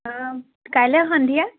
কাইলৈ সন্ধিয়া